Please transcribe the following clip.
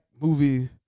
movie